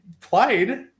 played